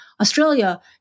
Australia